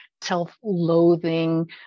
self-loathing